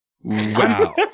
Wow